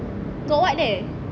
got what there